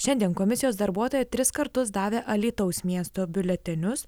šiandien komisijos darbuotoja tris kartus davė alytaus miesto biuletenius